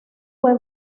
fue